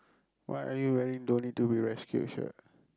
why are you wearing don't need to be rescued shirt